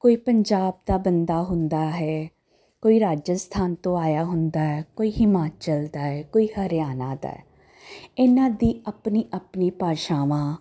ਕੋਈ ਪੰਜਾਬ ਦਾ ਬੰਦਾ ਹੁੰਦਾ ਹੈ ਕੋਈ ਰਾਜਸਥਾਨ ਤੋਂ ਆਇਆ ਹੁੰਦਾ ਕੋਈ ਹਿਮਾਚਲ ਦਾ ਹੈ ਕੋਈ ਹਰਿਆਣਾ ਦਾ ਹੈ ਇਹਨਾਂ ਦੀ ਆਪਣੀ ਆਪਣੀ ਭਾਸ਼ਾਵਾਂ